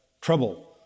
trouble